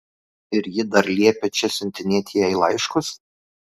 ir ji dar liepia čia siuntinėti jai laiškus